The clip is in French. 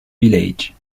village